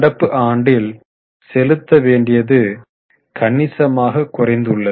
நடப்பு ஆண்டில் செலுத்த வேண்டியது கணிசமாக குறைந்துள்ளது